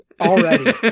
already